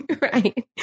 Right